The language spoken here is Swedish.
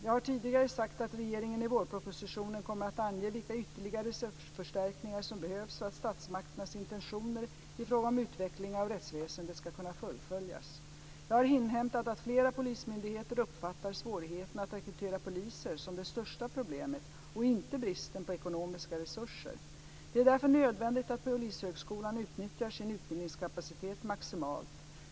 Jag har tidigare sagt att regeringen i vårpropositionen kommer att ange vilka ytterligare resursförstärkningar som behövs för att statsmakternas intentioner i fråga om utvecklingen av rättsväsendet ska kunna fullföljas. Jag har inhämtat att flera polismyndigheter uppfattar svårigheten att rekrytera poliser som det största problemet och inte bristen på ekonomiska resurser. Det är därför nödvändigt att Polishögskolan utnyttjar sin utbildningskapacitet maximalt.